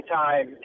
time